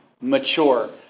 mature